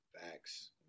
Facts